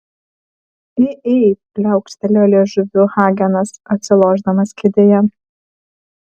ei ei pliaukštelėjo liežuviu hagenas atsilošdamas kėdėje